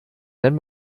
wenn